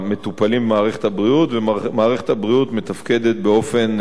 ומערכת הבריאות מתפקדת באופן טוב ביותר.